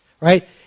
right